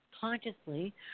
consciously